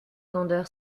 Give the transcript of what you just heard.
candeur